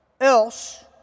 Else